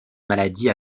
maladie